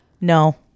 no